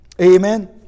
Amen